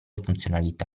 funzionalità